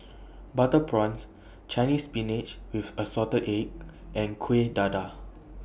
Butter Prawns Chinese Spinach with Assorted Eggs and Kuih Dadar